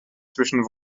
zwischen